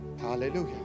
Hallelujah